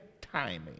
timing